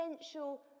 essential